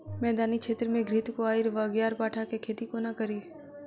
मैदानी क्षेत्र मे घृतक्वाइर वा ग्यारपाठा केँ खेती कोना कड़ी?